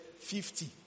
fifty